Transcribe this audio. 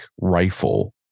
rifle